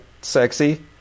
sexy